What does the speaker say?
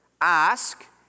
ask